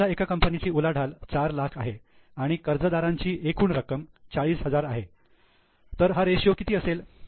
समजा एका कंपनीची उलाढाल 4 लाख आहे आणि कर्जदारांची एकूण रक्कम 40000 आहे तर हा रेशियो किती असेल